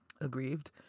aggrieved